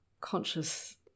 conscious